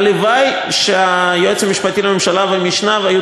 הלוואי שהיועץ המשפטי לממשלה והמשנה יהיו